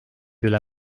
üle